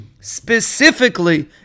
specifically